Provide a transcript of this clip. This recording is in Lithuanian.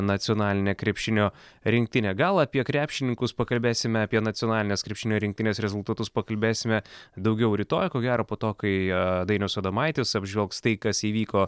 nacionalinę krepšinio rinktinę gal apie krepšininkus pakalbėsime apie nacionalinės krepšinio rinktinės rezultatus pakalbėsime daugiau rytoj ko gero po to kai dainius adomaitis apžvelgs tai kas įvyko